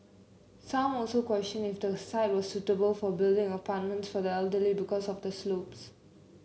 some also questioned if the site was suitable for building apartments for the elderly because of the slopes